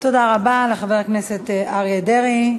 תודה רבה לחבר הכנסת אריה דרעי.